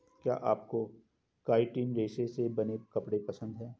क्या आपको काइटिन रेशे से बने कपड़े पसंद है